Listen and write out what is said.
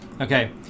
Okay